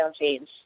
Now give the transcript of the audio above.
change